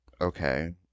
Okay